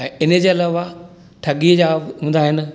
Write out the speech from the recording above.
ऐं हिनजे अलावा ठॻी जा बि हूंदा आहिनि